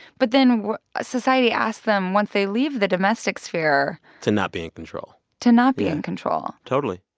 but then society asks them once they leave the domestic sphere. to not be in control. to not be in control totally.